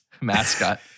mascot